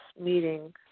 meeting